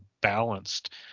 balanced